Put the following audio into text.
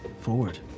forward